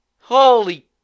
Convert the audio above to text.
Holy